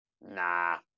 Nah